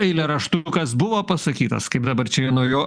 eilėraštukas buvo pasakytas kaip dabar čia nuo jo